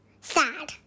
sad